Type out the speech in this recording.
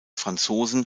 franzosen